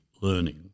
learning